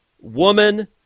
woman